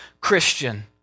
christian